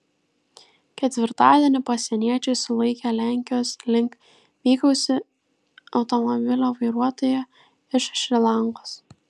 ketvirtadienį pasieniečiai sulaikė lenkijos link vykusį automobilio vairuotoją iš šri lankos